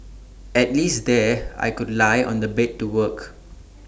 at least there I could lie on the bed to work